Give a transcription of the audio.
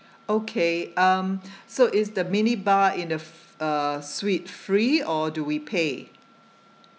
okay um so is the mini bar in the fr~ uh suite free or do we pay